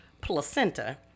placenta